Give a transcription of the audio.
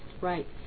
Right